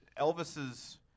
Elvis's